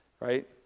Right